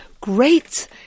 great